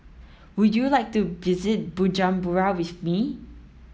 would you like to visit Bujumbura with me